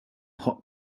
hot